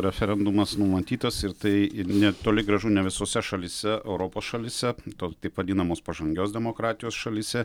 referendumas numatytas ir tai net toli gražu ne visose šalyse europos šalyse tos taip vadinamos pažangios demokratijos šalyse